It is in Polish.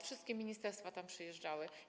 Wszystkie ministerstwa tam przyjeżdżały.